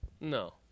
No